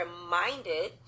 reminded